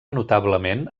notablement